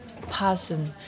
person